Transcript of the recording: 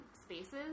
spaces